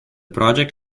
project